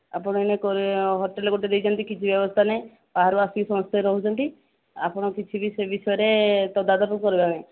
ଆପଣ ଏଇନେ ହୋଟେଲ୍ ଗୋଟେ ଦେଇଛନ୍ତି କିଛି ବ୍ୟବସ୍ଥା ନାହିଁ ବାହାରୁ ଆସିକି ସମସ୍ତେ ରହୁଛନ୍ତି ଆପଣ କିଛି ବି ସେ ବିଷୟରେ ତଦାରଖ କରିବାର ନାହିଁ